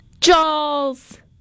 Jaws